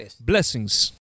Blessings